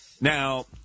now